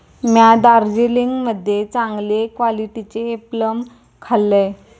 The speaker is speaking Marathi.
म्या दार्जिलिंग मध्ये चांगले क्वालिटीचे प्लम खाल्लंय